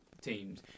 teams